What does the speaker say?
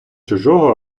чужого